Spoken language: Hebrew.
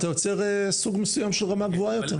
אתה יוצר סוג מסוים של רמה גבוהה יותר.